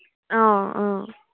অঁ অঁ